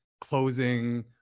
closing